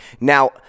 Now